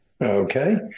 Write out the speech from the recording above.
Okay